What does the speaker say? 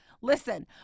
Listen